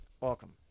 welcome